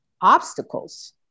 Obstacles